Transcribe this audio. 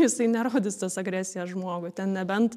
jisai nerodys tos agresijos žmogui ten nebent